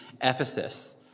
Ephesus